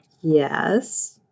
Yes